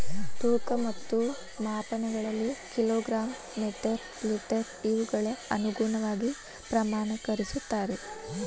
ತೂಕ ಮತ್ತು ಮಾಪನಗಳಲ್ಲಿ ಕಿಲೋ ಗ್ರಾಮ್ ಮೇಟರ್ ಲೇಟರ್ ಇವುಗಳ ಅನುಗುಣವಾಗಿ ಪ್ರಮಾಣಕರಿಸುತ್ತಾರೆ